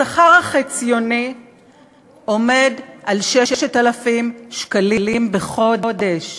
השכר החציוני הוא 6,000 שקלים בחודש.